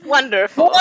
Wonderful